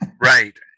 right